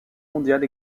mondiale